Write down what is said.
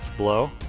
blow.